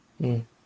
mm